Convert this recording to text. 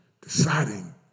deciding